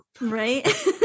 Right